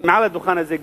מעל לדוכן הזה,